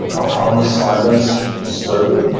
ah found the silence disturbing,